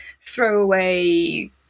throwaway